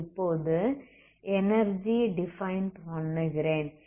நான் இப்போது energy define பண்ணுகிறேன்